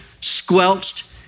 squelched